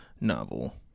novel